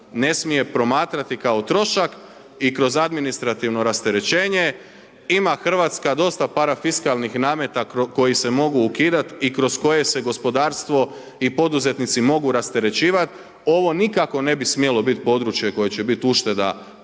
ne smije promatrati kao trošak i kroz administrativno rasterećenje. Ima Hrvatska dosta parafiskalnih nameta koji se mogu ukidati i kroz koje se gospodarstvo i poduzetnici mogu rasterećivati. Ovo nikako ne bi smjelo biti područje koje će biti ušteda